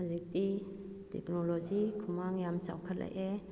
ꯍꯧꯖꯤꯛꯇꯤ ꯇꯦꯜꯛꯅꯣꯂꯣꯖꯤ ꯈꯨꯃꯥꯡ ꯌꯥꯝꯅ ꯆꯥꯎꯈꯠꯂꯛꯑꯦ